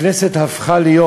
הכנסת הפכה להיות